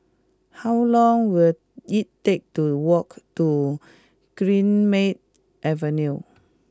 how long will it take to walk to Greenmead Avenue